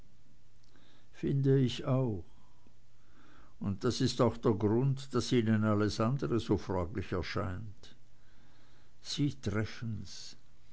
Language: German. finde ich auch und das ist auch der grund daß ihnen alles andere so fraglich erscheint sie treffen's